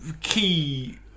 key